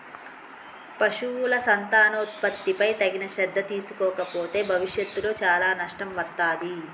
పశువుల సంతానోత్పత్తిపై తగిన శ్రద్ధ తీసుకోకపోతే భవిష్యత్తులో చాలా నష్టం వత్తాది